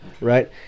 right